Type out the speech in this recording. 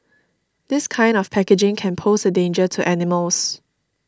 this kind of packaging can pose a danger to animals